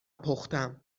پختم